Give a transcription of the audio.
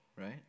right